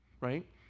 right